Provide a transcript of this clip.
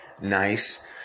nice